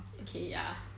okay ya